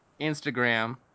Instagram